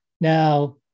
Now